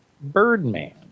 Birdman